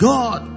God